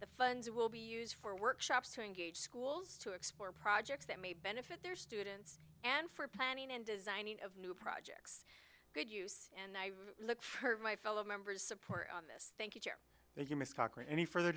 the funds will be used for workshops to engage schools to explore projects that may benefit their students and for planning and designing of new projects good use and look for my fellow members support on this thank you thank you ms cochran any further